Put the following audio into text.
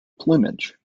plumage